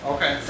Okay